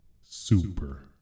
super